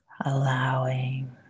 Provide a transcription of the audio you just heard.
allowing